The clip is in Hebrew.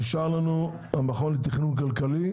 נשאר לנו המכון לתכנון כלכלי,